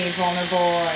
vulnerable